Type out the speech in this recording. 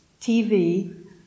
tv